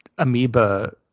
amoeba